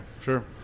sure